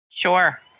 Sure